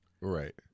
Right